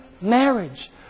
marriage